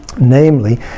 namely